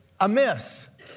amiss